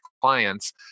clients